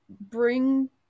bring